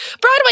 Broadway